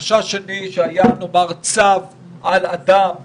חשש שני הוא שנאמר שהיה צו על אדם מסוים,